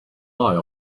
eye